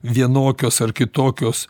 vienokios ar kitokios